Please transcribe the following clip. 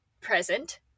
present